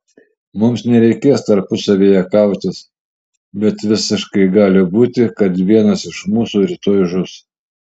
mums nereikės tarpusavyje kautis bet visiškai gali būti kad vienas iš mūsų rytoj žus